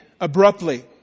Abruptly